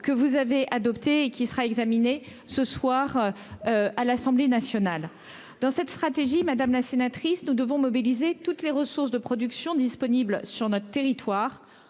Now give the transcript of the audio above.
que vous avez adoptée et qui sera examiné ce soir. À l'Assemblée nationale dans cette stratégie, madame la sénatrice, nous devons mobiliser toutes les ressources de production disponible sur notre territoire